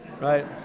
right